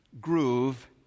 groove